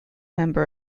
member